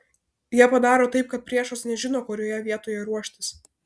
jie padaro taip kad priešas nežino kurioje vietoj ruoštis